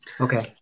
okay